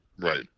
right